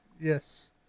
Yes